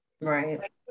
Right